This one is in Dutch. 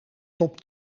top